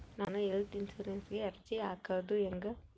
ನಾನು ಹೆಲ್ತ್ ಇನ್ಸುರೆನ್ಸಿಗೆ ಅರ್ಜಿ ಹಾಕದು ಹೆಂಗ?